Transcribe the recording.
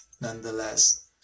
nonetheless